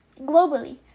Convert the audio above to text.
Globally